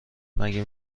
مگه